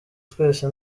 twese